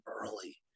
early